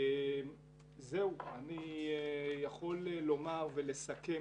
אני יכול לומר ואולי לסכם